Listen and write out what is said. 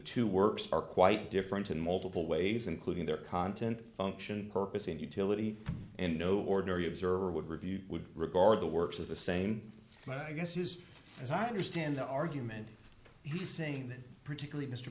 two worst are quite different in multiple ways including their content function purpose and utility and no ordinary observer would review would regard the works as the same my guess is as i understand the argument he's saying that particularly mr